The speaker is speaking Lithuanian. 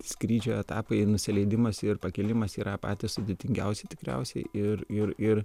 skrydžio etapai nusileidimas ir pakilimas yra patys sudėtingiausi tikriausiai ir ir ir